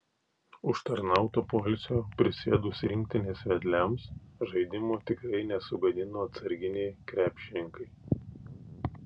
užtarnauto poilsio prisėdus rinktinės vedliams žaidimo tikrai nesugadino atsarginiai krepšininkai